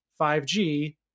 5G